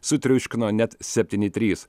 sutriuškino net septyni trys